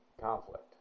conflict